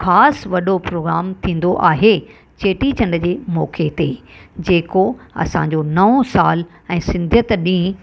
ख़ासि वॾो प्रोग्राम थींदो आहे चेटीचंड जे मौक़े ते जेको असांजो नओं सालु ऐं सिंधियत ॾींहुं